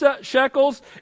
shekels